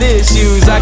issues